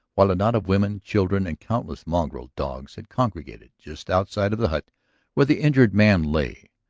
while a knot of women, children, and countless mongrel dogs had congregated just outside of the hut where the injured man lay.